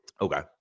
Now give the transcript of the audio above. okay